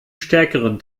stärkeren